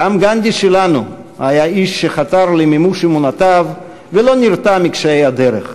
גם גנדי שלנו היה איש שחתר למימוש אמונותיו ולא נרתע מקשיי הדרך.